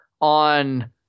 on